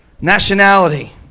nationality